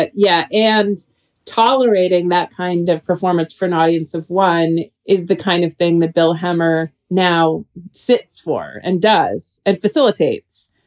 but yeah. and tolerating that kind of performance for an audience of one is the kind of thing that bill hemmer now sits for and does and facilitates.